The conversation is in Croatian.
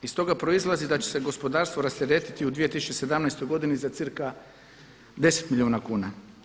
Iz toga proizlazi da će se gospodarstvo rasteretiti u 2017. godini za cca 10 milijuna kuna.